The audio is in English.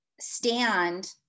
stand